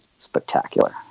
Spectacular